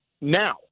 now